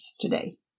today